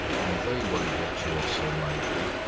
and they won't let you off so lightly.